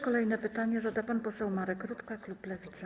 Kolejne pytanie zada pan poseł Marek Rutka, klub Lewica.